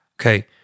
okay